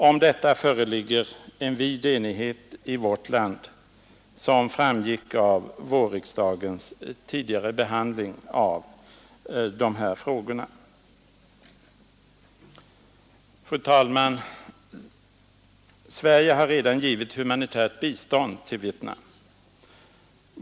Om detta föreligger det en vid enighet i vårt land såsom framgick av vårriksdagens behandling av dessa frågor. Fru talman! Sverige har redan givit humanitärt bistånd till Vietnam.